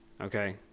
okay